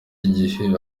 igihe